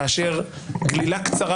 כאשר גלילה קצרה